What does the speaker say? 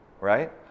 right